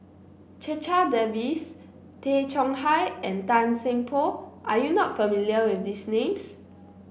Checha Davies Tay Chong Hai and Tan Seng Poh are you not familiar with these names